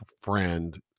friend